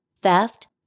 theft